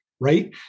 right